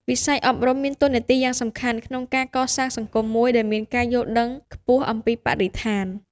វិស័យអប់រំមានតួនាទីយ៉ាងសំខាន់ក្នុងការកសាងសង្គមមួយដែលមានការយល់ដឹងខ្ពស់អំពីបរិស្ថាន។